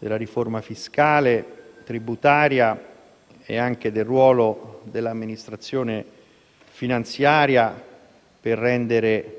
la riforma fiscale e tributaria e anche il ruolo dell'amministrazione finanziaria, per rendere